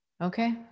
Okay